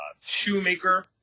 shoemaker